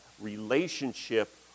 relationship